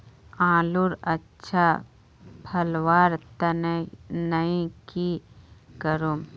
आलूर अच्छा फलवार तने नई की करूम?